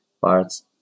parts